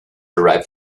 arrived